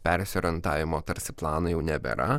persiorientavimo tarsi plano jau nebėra